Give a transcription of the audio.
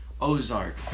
Ozark